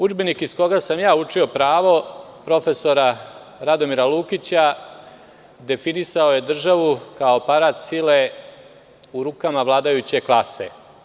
Udžbenik iz koga sam ja učio pravo profesora Radomira Lukića, definisao je državu kao aparat sile u rukama vladajuće klase.